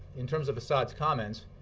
in terms of assad's comments,